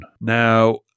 Now